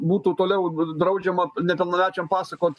būtų toliau draudžiama nepilnamečiam pasakoti